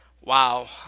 Wow